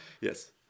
Yes